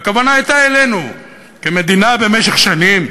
והכוונה הייתה אלינו, כמדינה, במשך שנים,